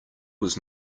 was